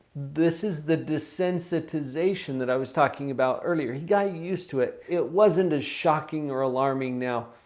this is the desensitization that i was talking about earlier. he got used to it. it wasn't as shocking or alarming now.